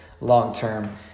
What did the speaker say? long-term